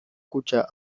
kutxa